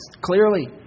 clearly